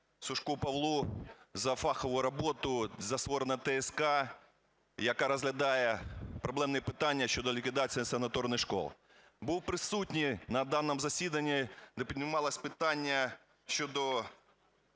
Сушку Павлу за фахову роботу, за створене ТСК, яка розглядає проблемні питання щодо ліквідацій санаторних шкіл. Був присутній на даному засіданні, де піднімалося питання,